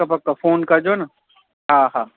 पकु पकु फ़ोन कजो न हा हा